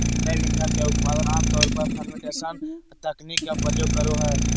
जैव ईंधन के उत्पादन आम तौर पर फ़र्मेंटेशन तकनीक के प्रयोग करो हइ